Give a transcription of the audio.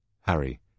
Harry